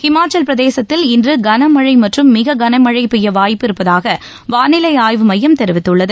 ஹிமாச்சல் பிரதேசத்தில் இன்று கனமழை மற்றும் மிக கனமழை பெய்ய வாய்ப்பு இருப்பதாக வானிலை ஆய்வு மையம் தெரிவித்துள்ளது